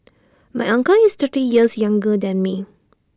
my uncle is thirty years younger than me